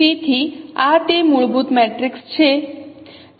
તેથી આ તે મૂળભૂત મેટ્રિક્સ છે